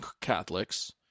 Catholics